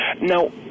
Now